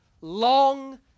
long